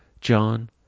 John